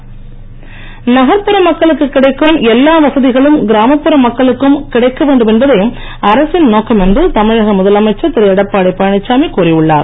எடப்பாடி நகர்புற மக்களுக்கு கிடைக்கும் எல்லா வசதிகளும் கிராமப்புற மக்களுக்கும் கிடைக்க வேண்டிது அரசின் நோக்கம் என்று தமிழக முதலமைச்சர் திரு எடப்பாடி பழனிச்சாமி கூறி உள்ளார்